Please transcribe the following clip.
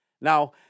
Now